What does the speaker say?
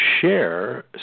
share